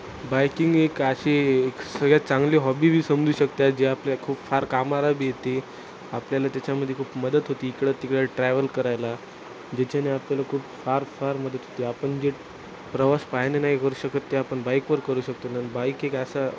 biking एक अशी एक सगळ्यात चांगली हॉबी बी समजू शकते जे आपल्या खूप फार कामाला बी येते आपल्याला त्याच्यामध्ये खूप मदत होते इकडं तिकडं ट्रॅव्हल करायला ज्याच्याने आपल्याला खूप फार फार मदत होते आपण जे प्रवास पायाने नाही करू शकत ते आपण बाईकवर करू शकतो न बाईक एक असा